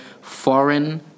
foreign